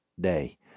day